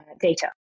data